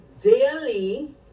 daily